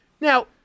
Now